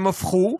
הם הפכו,